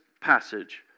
passage